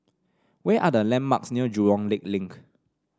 where are the landmarks near Jurong Lake Link